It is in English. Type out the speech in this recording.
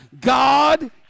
God